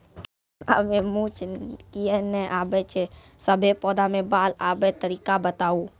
किछ पौधा मे मूँछ किये नै आबै छै, सभे पौधा मे बाल आबे तरीका बताऊ?